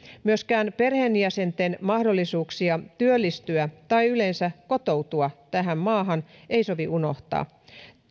myöskään perheenjäsenten mahdollisuuksia työllistyä tai yleensä kotoutua tähän maahan ei sovi unohtaa